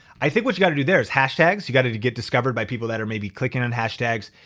i think what you gotta do there is hashtags. you gotta gotta get discovered by people that are maybe clicking on hashtags.